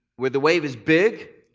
where the wave is big,